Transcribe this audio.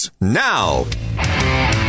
now